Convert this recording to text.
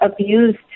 abused